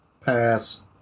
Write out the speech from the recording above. Pass